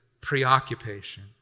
preoccupation